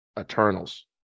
Eternals